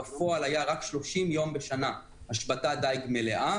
בפועל היה רק 30 יום בשנה השבתת דייג מלאה,